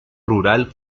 rural